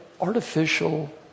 artificial